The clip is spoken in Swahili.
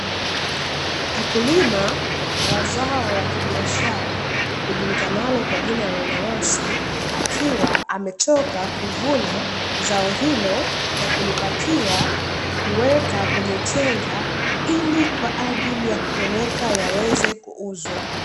Mkulima wa zao la kibiashara ijulikanalo kwa jina la nanasi, akiwa ametoka kuvuna zao hilo na kunibakia kuweka kwenye tenga kwa ajili ya kupeleka iliyaweze.